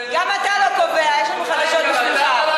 גם אתה לא קובע, יש לנו חדשות בשבילך.